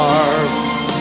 arms